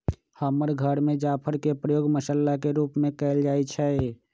हमर घर में जाफर के प्रयोग मसल्ला के रूप में कएल जाइ छइ